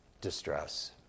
distress